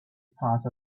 part